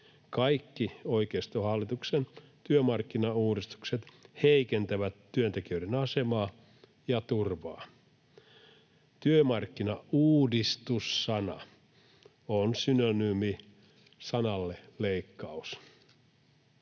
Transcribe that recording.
Kaikki oikeistohallituksen työmarkkinauudistukset heikentävät työntekijöiden asemaa ja turvaa. Työmarkkinauudistus-sana on synonyymi sanalle ”leikkaus”.